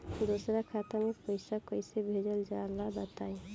दोसरा खाता में पईसा कइसे भेजल जाला बताई?